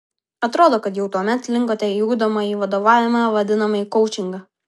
atrodo kad jau tuomet linkote į ugdomąjį vadovavimą vadinamąjį koučingą